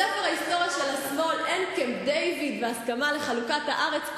בספר ההיסטוריה של השמאל אין קמפ-דייוויד והסכמה לחלוקת הארץ,